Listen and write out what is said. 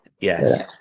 Yes